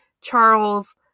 Charles